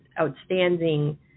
outstanding